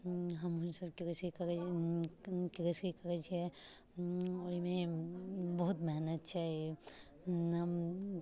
हमहुँ सभ कृषि करैत छियै कृषि करैत छियै ओहिमे बहुत मेहनत छै